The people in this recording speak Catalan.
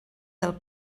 del